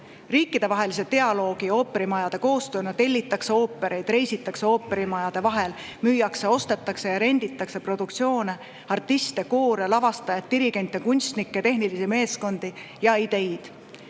Riikidevahelise dialoogi ja ooperimajade koostööna tellitakse oopereid, reisitakse ooperimajade vahel, müüakse, ostetakse ja renditakse produktsioone, artiste, koore, lavastajaid, dirigente, kunstnikke, tehnilisi meeskondi ja ideid.